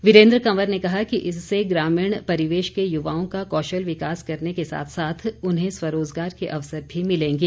वीरेन्द्र कंवर ने कहा कि इससे ग्रामीण परिवेश के युवाओं का कौशल विकास करने के साथ साथ उन्हें स्वरोजगार के अवसर भी मिलेंगे